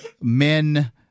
men